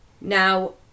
now